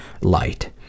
Light